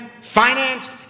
financed